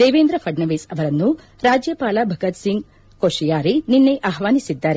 ದೇವೇಂದ್ರ ಪಡಣವಿಸ್ ಅವರನ್ನು ರಾಜ್ಯಪಾಲ ಭಗತ್ಸಿಂಗ್ ಕೊತಿಯಾರಿ ನಿನ್ನೆ ಆಹ್ನಾನಿಸಿದ್ದಾರೆ